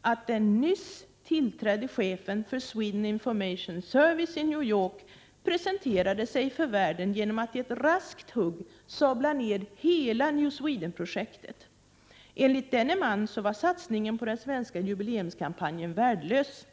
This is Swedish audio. att den nyss tillträdde chefen för Sweden Information Service i New York presenterade sig för världen genom att i ett raskt hugg sabla ned hela New Sweden-projektet. Enligt denne man var satsningen på den svenska jubileumskampanjen värdelös.